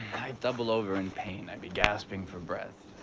i'd double over in pain, i'd be gasping for breath.